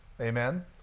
Amen